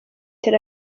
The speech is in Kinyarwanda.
tel